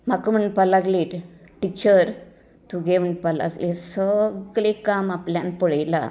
म्हाका म्हणपाक लागली की टिचर तुगें म्हणपाक लागली सगळें काम आपल्यान पळयलां